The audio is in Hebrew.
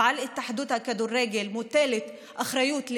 ועל התאחדות הכדורגל מוטלת אחריות,